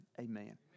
amen